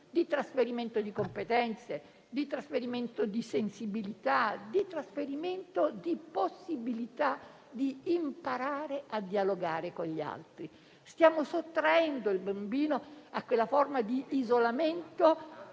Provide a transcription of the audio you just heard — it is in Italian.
di trasferimento di competenze, di sensibilità, di possibilità di imparare a dialogare con gli altri. Siamo sottraendo il bambino a quella forma di isolamento